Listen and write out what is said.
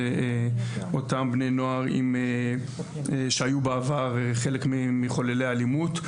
זה אותם בני נוער שהיו בעבר חלק ממחוללי האלימות.